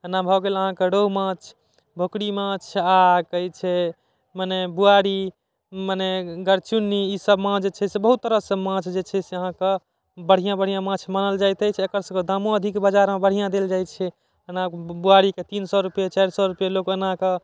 एना भऽ गेल अहाँके रोहु माछ भकुरी माछ आओर कहै छै मने बुआरी मने गरचुन्नी ई सभ माछ जे छै से बहुत तरहसँ माछ जे छै से अहाँके बढ़िआँ बढ़िआँ माछ मानल जाइत अछि एकर सभहक दामो अधिक बजारमे बढ़िआँ देल जाइ छै एनाकऽ बुआरीके तीन सए रुपैये चारि सए रुपैये लोक एनाके